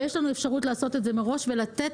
ויש לנו אפשרות לעשות את זה מראש ולתת